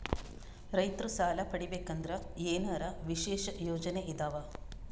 ರೈತರು ಸಾಲ ಪಡಿಬೇಕಂದರ ಏನರ ವಿಶೇಷ ಯೋಜನೆ ಇದಾವ?